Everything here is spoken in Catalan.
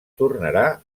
tornarà